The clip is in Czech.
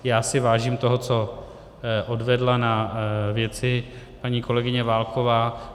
Já si vážím toho, co odvedla na věci paní kolegyně Válková.